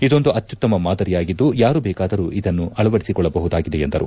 ಇದೊಂದು ಅತ್ಯುತ್ತಮ ಮಾದರಿಯಾಗಿದ್ದು ಯಾರು ಬೇಕಾದರು ಇದನ್ನು ಅಳವಡಿಸಿಕೊಳ್ಳಬಹುದಾಗಿದೆ ಎಂದರು